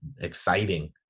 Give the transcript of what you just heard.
exciting